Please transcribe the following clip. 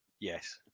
Yes